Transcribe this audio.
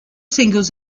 singles